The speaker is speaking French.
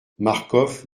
marcof